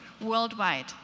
worldwide